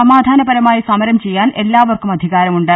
സമാധാനപരമായി സ്മരം ചെയ്യാൻ എല്ലാവർക്കും അധി കാരമുണ്ട്